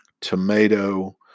tomato